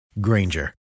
Granger